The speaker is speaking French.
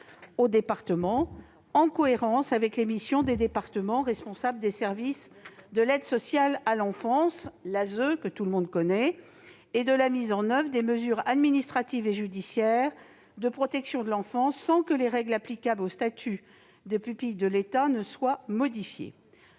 aux départements, en cohérence avec les missions des départements, responsables du service de l'aide sociale à l'enfance (ASE) et de la mise en oeuvre des mesures administratives et judiciaires de protection de l'enfance. Les règles applicables au statut de pupille de l'État ne seront pas modifiées.